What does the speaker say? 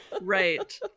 Right